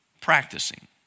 Practicing